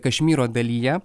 kašmyro dalyje